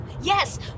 yes